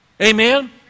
Amen